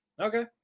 okay